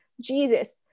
Jesus